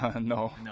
No